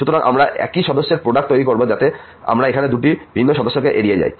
সুতরাং আমরা একই সদস্যদের প্রোডাক্ট তৈরি করব যাতে আমরা এখানে দুটি ভিন্ন সদস্যকে এড়িয়ে যায়